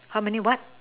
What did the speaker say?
how many what